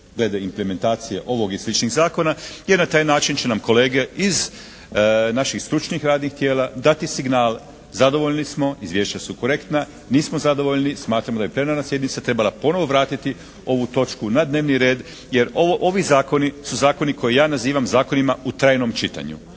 glede implementacije ovog i sličnih zakona jer na taj način će nam kolege iz naših stručnih radnih tijela dati signal zadovoljni smo, izvješća su korektna, nismo zadovoljni, smatramo da je plenarna sjednica trebala ponovno vratiti ovu točku na dnevni red jer ovi zakoni su zakoni koje ja nazivam zakonima u trajnom čitanju.